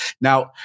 Now